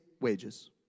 wages